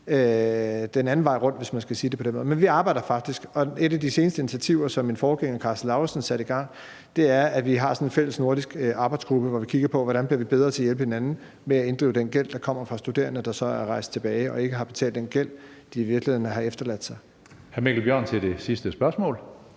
den anden vej rundt, hvis man skal sige det på den måde. Men vi arbejder faktisk på det, og et af de seneste initiativer, som min forgænger Karsten Lauritzen satte i gang, er, at vi har en fælles nordisk arbejdsgruppe, hvor vi kigger på, hvordan vi bliver bedre til at hjælpe hinanden med at inddrive den gæld, der kommer fra studerende, der så er rejst tilbage og ikke har betalt den gæld, de har efterladt sig. Kl. 14:48 Tredje næstformand